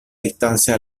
distancia